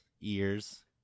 ears